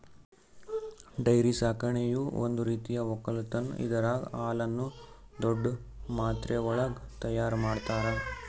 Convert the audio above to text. dairy ಸಾಕಾಣಿಕೆಯು ಒಂದ್ ರೀತಿಯ ಒಕ್ಕಲತನ್ ಇದರಾಗ್ ಹಾಲುನ್ನು ದೊಡ್ಡ್ ಮಾತ್ರೆವಳಗ್ ತೈಯಾರ್ ಮಾಡ್ತರ